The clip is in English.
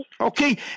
Okay